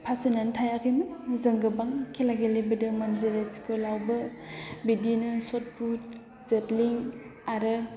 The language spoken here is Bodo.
फावसयनानै थायाखैमोन जों गोबां खेला गेलेबोदोंमोन जेरै स्कुलावबो बिदिनो शटपुट जेभलिन आरो